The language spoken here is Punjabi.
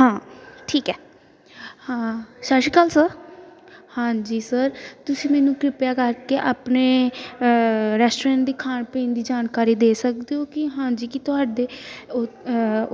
ਹਾਂ ਠੀਕ ਹੈ ਹਾਂ ਸਤਿ ਸ਼੍ਰੀ ਅਕਾਲ ਸਰ ਹਾਂਜੀ ਸਰ ਤੁਸੀਂ ਮੈਨੂੰ ਕਿਰਪਿਆ ਕਰਕੇ ਆਪਣੇ ਰੈਸਟੋਰੈਂਟ ਦੀ ਖਾਣ ਪੀਣ ਦੀ ਜਾਣਕਾਰੀ ਦੇ ਸਕਦੇ ਹੋ ਕਿ ਹਾਂਜੀ ਕੀ ਤੁਹਾਡੇ ਉ